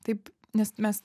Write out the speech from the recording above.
taip nes mes